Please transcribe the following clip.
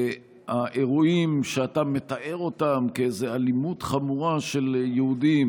האירועים שאתה מתאר כאיזו אלימות חמורה של יהודים